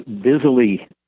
busily